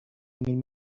ingin